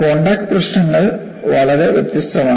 contact പ്രശ്നങ്ങൾ വളരെ വ്യത്യസ്തമാണ്